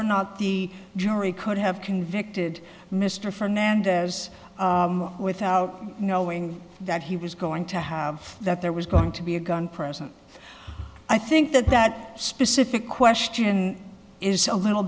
or not the jury could have convicted mr fernandez without knowing that he was going to have that there was going to be a gun present i think that that specific question is a little